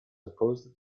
opposed